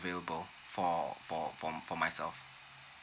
available for for for for myself